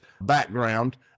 background